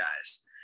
guys